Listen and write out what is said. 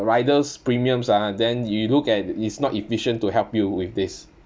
riders premiums ah then you look at it's not efficient to help you with this